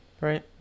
Right